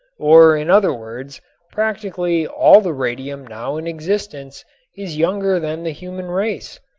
or in other words practically all the radium now in existence is younger than the human race.